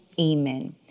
Amen